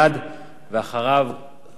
סגן היושב-ראש, חבר הכנסת גאלב מג'אדלה.